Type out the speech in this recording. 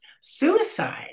Suicide